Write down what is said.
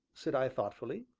said i thoughtfully.